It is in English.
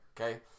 okay